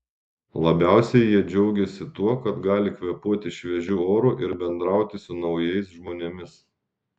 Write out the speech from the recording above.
labiausiai jie džiaugėsi tuo kad gali kvėpuoti šviežiu oru ir bendrauti su naujais žmonėmis